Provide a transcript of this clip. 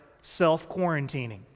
self-quarantining